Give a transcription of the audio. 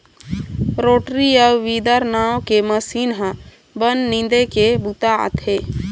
rotary अउ weeder नांव के मसीन ह बन निंदे के बूता आथे